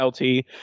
LT